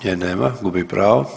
Nje nema gubi pravo.